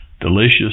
delicious